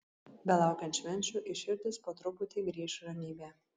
belaukiant švenčių į širdis po truputį grįš ramybė